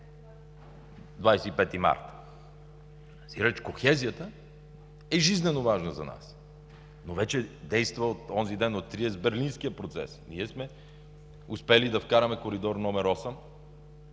25 март, сиреч кохезията е жизнено важна за нас. Но вече действа от онзи ден, от Триест, Берлинският процес. Ние сме успели да вкараме коридор № 8